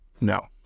No